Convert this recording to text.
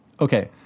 Okay